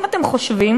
אם אתם חושבים,